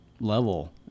level